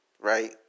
right